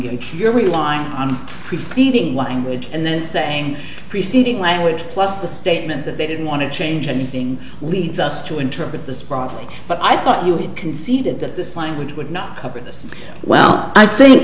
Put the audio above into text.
language you're relying on preceding language and then say preceding language plus the statement that they didn't want to change anything leads us to interpret this properly but i thought you conceded that this language would not cover this well i think